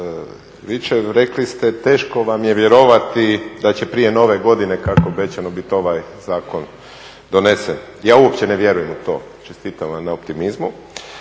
rekli ste teško vam je vjerovati da će prije nove godine kako je obećano bit ovaj zakon donesen. Ja uopće ne vjerujem u to, čestitam vam na optimizmu.